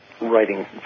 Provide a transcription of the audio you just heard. writing